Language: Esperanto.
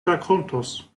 rakontos